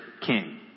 king